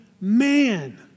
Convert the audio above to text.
man